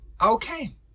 Okay